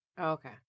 Okay